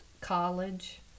college